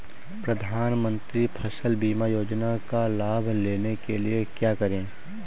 प्रधानमंत्री फसल बीमा योजना का लाभ लेने के लिए क्या करें?